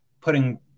putting